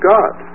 God